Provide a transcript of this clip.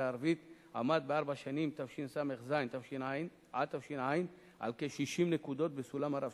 הערבית עמד בארבע השנים תשס"ז עד תש"ע על כ-60 נקודות בסולם הרב-שנתי.